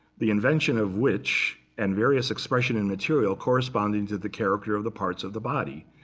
the invention of which, and various expression in material, corresponding to the character of the parts of the body.